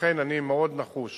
לכן אני מאוד נחוש